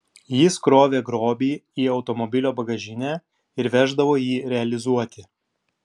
jis krovė grobį į automobilio bagažinę ir veždavo jį realizuoti